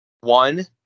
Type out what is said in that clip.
one